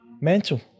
Mental